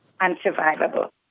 unsurvivable